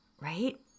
right